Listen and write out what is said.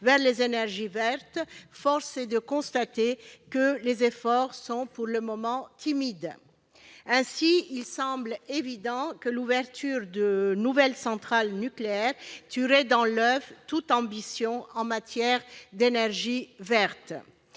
vers les énergies vertes, force est de constater que les efforts sont pour le moment timides. Il semble ainsi évident que l'ouverture de nouvelles centrales nucléaires tuerait dans l'oeuf toute ambition en matière d'énergie verte.